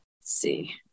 See